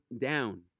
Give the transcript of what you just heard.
down